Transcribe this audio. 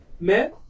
Mais